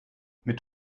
mit